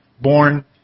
born